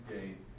Gate